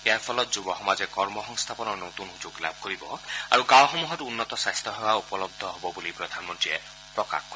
ইয়াৰ ফলত যুৱ সমাজে কৰ্ম সংস্থানৰ নতূন সুযোগ লাভ কৰিব আৰু গাঁওসমূহত উন্নত স্বাস্থ্যসেৱা উপলব্ধ হব বুলি প্ৰধানমন্ত্ৰীয়ে প্ৰকাশ কৰে